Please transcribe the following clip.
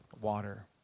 water